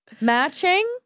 Matching